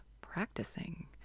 practicing